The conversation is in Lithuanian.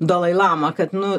dalai lamą kad nu